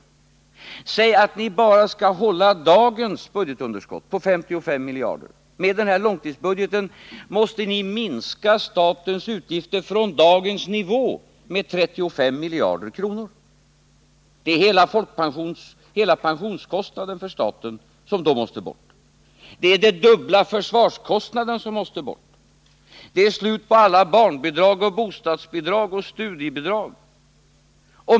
Säg att ni bara skall hålla dagens budgetunderskott på 55 miljarder. Med den här långtidsbudgeten måste ni minska statens utgifter från dagens nivå med 35 miljarder kronor. Det är hela pensionskostnaden för staten som då måste bort. Det är den dubbla försvarskostnaden som måste bort. Det är slut på alla barnbidrag och bostadsbidrag och studiebidrag.